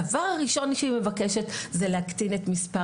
הדבר הראשון שהיא מבקשת זה להקטין את מספר